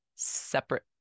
separate